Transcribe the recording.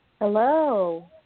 Hello